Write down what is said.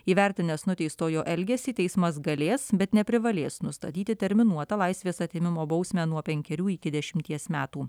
įvertinęs nuteistojo elgesį teismas galės bet neprivalės nustatyti terminuotą laisvės atėmimo bausmę nuo penkerių iki dešimties metų